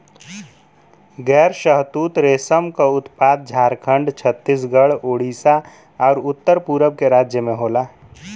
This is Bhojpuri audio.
गैर शहतूत रेशम क उत्पादन झारखंड, छतीसगढ़, उड़ीसा आउर उत्तर पूरब के राज्य में होला